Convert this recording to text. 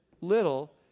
little